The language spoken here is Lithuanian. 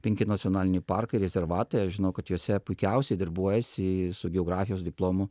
penki nacionaliniai parkai rezervatai aš žinau kad juose puikiausiai darbuojasi su geografijos diplomu